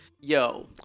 Yo